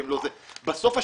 בסוף,